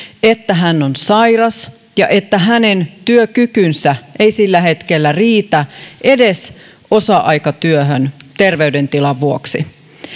että hän on sairas ja että hänen työkykynsä ei sillä hetkellä riitä edes osa aikatyöhön terveydentilan vuoksi